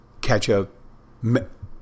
ketchup